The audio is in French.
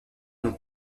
non